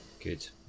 good